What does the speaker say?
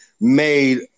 made